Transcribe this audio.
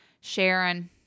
sharon